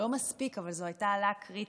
לא מספיק אבל זו הייתה העלאה קריטית,